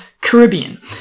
Caribbean